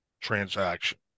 transaction